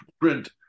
print